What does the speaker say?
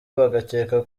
bagakeka